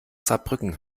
saarbrücken